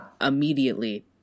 immediately